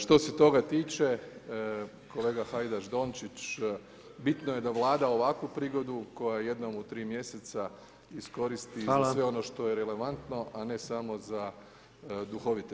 Što se toga tiče, kolega Hajdaš Dončić, bitno je da Vlada ovakvu prigodu, koja je jednom u 3 mjeseca, iskoristi, za sve ono što je relevantno, a ne samo za duhovite